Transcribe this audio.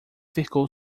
ficou